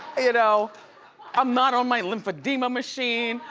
you know i'm not on my lymphedema machine.